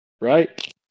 Right